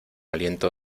aliento